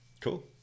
Cool